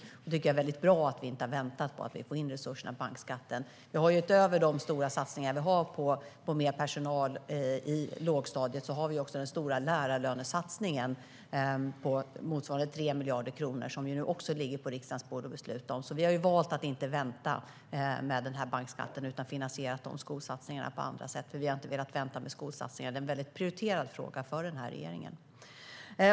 Det är bra att vi inte har väntat på att få in resurserna från bankskatten. Utöver dessa satsningar har vi också den stora lärarlönesatsningen på motsvarande 3 miljarder kronor som ligger på riksdagens bord att besluta om. Vi har valt att inte vänta på bankskatten utan finansierat dessa skolsatsningar på annat sätt. Vi har inte velat vänta med skolsatsningarna eftersom det är en prioriterad fråga för regeringen.